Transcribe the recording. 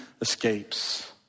escapes